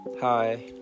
Hi